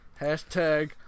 Hashtag